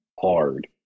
hard